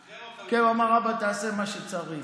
כן, הוא אמר: אבא, תעשה מה שצריך.